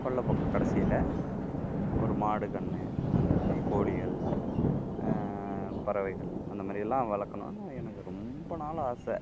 கொல்லைப்பக்கம் கடைசில ஒரு மாடு கன்று அந்த மாதிரி கோழிகள் பறவைகள் அந்த மாதிரி எல்லாம் வளர்க்கணுன்னு எனக்கு ரொம்ப நாள் ஆசை